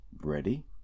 ready